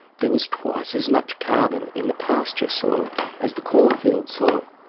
there was twice as much carbon in the pasture soil as the corn field soil.